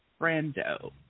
Brando